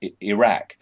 Iraq